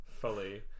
fully